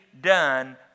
done